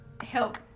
help